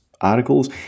articles